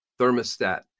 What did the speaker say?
thermostat